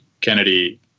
Kennedy